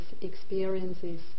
experiences